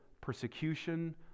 persecution